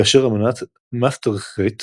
כאשר אמנת מאסטריכט